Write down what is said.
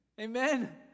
Amen